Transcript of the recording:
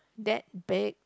that big